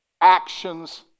actions